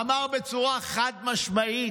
הוא אמר בצורה חד-משמעית: